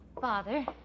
Father